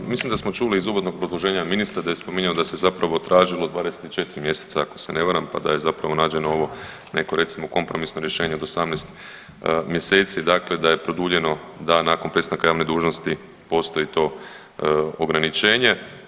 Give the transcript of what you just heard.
Pa mislim da smo čuli iz uvodnog obrazloženja Ministra da je spominjao da se zapravo tražilo 24 mjeseca ako se ne varam, pa da je zapravo nađeno ovo neko recimo kompromisno rješenje od 18 mjeseci, dakle da je produljeno da nakon prestanka javne dužnosti postoji to ograničenje.